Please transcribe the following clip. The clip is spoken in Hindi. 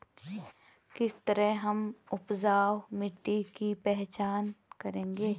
किस तरह हम उपजाऊ मिट्टी की पहचान करेंगे?